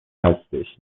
هستش